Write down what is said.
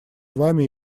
вами